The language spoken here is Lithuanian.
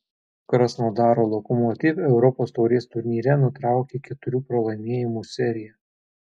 krasnodaro lokomotiv europos taurės turnyre nutraukė keturių pralaimėjimų seriją